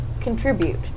contribute